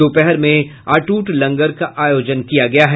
दोपहर में अटूट लंगर का आयोजन किया गया है